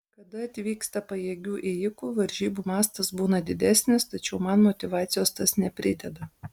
kada atvyksta pajėgių ėjikų varžybų mastas būna didesnis tačiau man motyvacijos tas neprideda